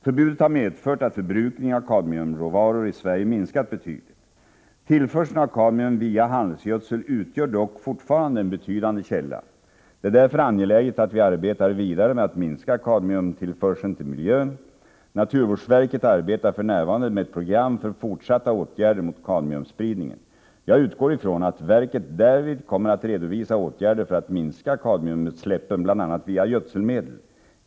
Förbudet har medfört att förbrukningen av kadmiumråvaror i Sverige minskat betydligt. Tillförseln av kadmium via handelsgödsel utgör dock fortfarande en betydande källa. Det är därför angeläget att vi arbetar vidare med att minska kadmiumtillförseln till miljön. Naturvårdsverket arbetar för närvarande med ett program för fortsatta åtgärder mot kadmiumspridning. Jag utgår från att verket därvid kommer att redovisa åtgärder för att minska kadmiumutsläppen bl.a. via gödselmedel.